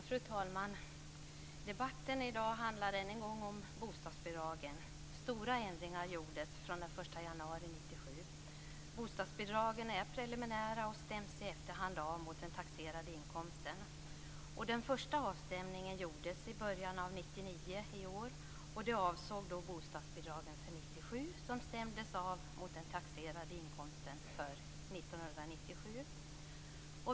Fru talman! Debatten i dag handlar än en gång om bostadsbidragen. Stora ändringar gjordes från den Den första avstämningen gjordes i början av året och den avsåg bostadsbidragen för år 1997, som stämdes av mot den taxerade inkomsten för 1997.